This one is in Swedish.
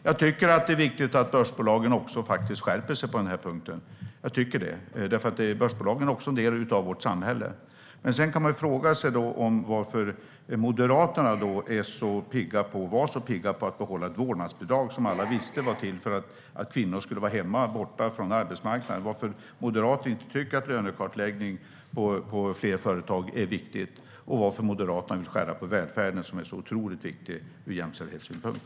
Jag tycker att det är viktigt att börsbolagen också skärper sig på denna punkt, därför att börsbolagen är en del av vårt samhälle. Sedan kan man fråga varför Moderaterna var så pigga på att behålla ett vårdnadsbidrag som alla visste var till för att kvinnor skulle vara hemma och borta från arbetsmarknaden, varför Moderaterna inte tycker att lönekartläggning på fler företag är viktigt och varför Moderaterna vill skära i välfärden som är så otroligt viktig ur jämställdhetssynpunkt.